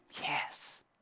yes